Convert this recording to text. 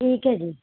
ਠੀਕ ਹੈ ਜੀ